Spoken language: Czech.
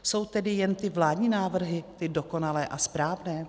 Jsou tedy jen ty vládní návrhy ty dokonalé a správné?